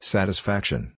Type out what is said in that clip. Satisfaction